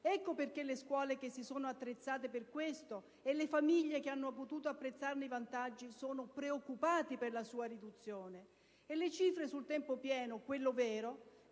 Ecco perché le scuole che si sono attrezzate per questo e le famiglie che hanno potuto apprezzarne i vantaggi sono preoccupate dalla sua riduzione. Le cifre sul tempo pieno, quello vero,